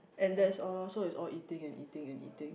and that's all lor so is all eating and eating and eating